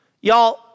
Y'all